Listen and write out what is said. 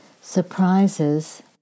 surprises